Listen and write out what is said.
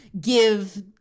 give